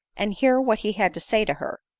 and hear what he had to say to her.